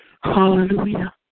Hallelujah